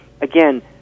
again